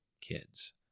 kids